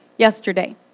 Yesterday